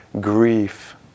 Grief